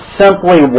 simply